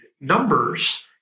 numbers